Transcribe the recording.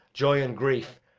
joy and grief,